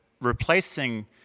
replacing